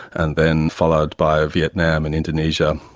and then followed by vietnam and indonesia,